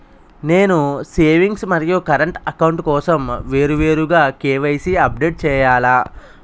నేను సేవింగ్స్ మరియు current account కోసం వేరువేరుగా కే.వై.సీ అప్డేట్ చేయాలా?